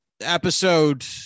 episode